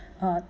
uh